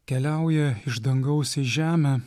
keliauja iš dangaus į žemę